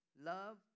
Love